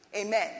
Amen